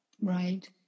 Right